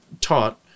taught